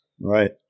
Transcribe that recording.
Right